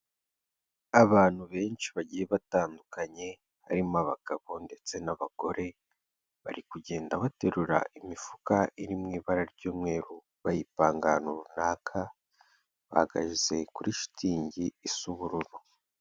Abantu benshi bagiye batandukanye, harimo abagabo ndetse n'abagore, bari kugenda baterura imifuka iri mu ibara ry'umweru, bayipanga ahantu runaka, bahagaze kuri shitingi isa ubururu.